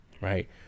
right